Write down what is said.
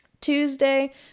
tuesday